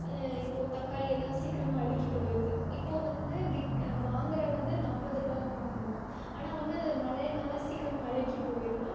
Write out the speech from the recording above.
இப்போது தக்காளி எல்லாம் சீக்கிரமாக அழுகிப் போயிருது இப்போது வந்து விக் வாங்குகிறவன் வந்து நாற்பது ரூபாய்க்கு வாங்குவான் ஆனால் வந்து அது மழையினால் சீக்கிரமாக அழுகிப் போயிரும்ல